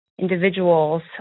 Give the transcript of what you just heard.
individuals